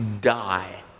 die